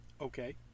okay